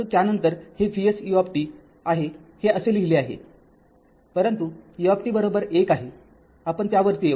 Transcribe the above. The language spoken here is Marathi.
परंतुत्यानंतर हे Vs u आहे हे असे लिहिले आहे परंतु u १ आहे आपण त्यावरती येऊ